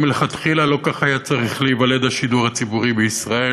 ומלכתחילה לא כך היה צריך להיוולד השידור הציבורי בישראל,